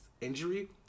injury